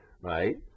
right